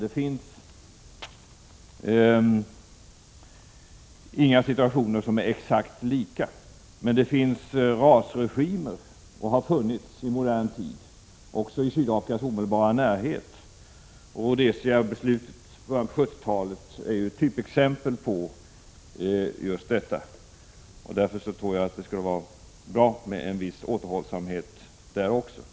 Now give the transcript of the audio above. Det finns inga situationer som är exakt lika. Men det finns och har funnits rasregimer i modern tid, också i Sydafrikas omedelbara närhet. Rhodesiabeslutet i början av 70-talet är ett typexempel på just detta. Därför tror jag det skulle vara bra med en viss återhållsamhet.